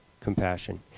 compassion